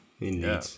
indeed